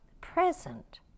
present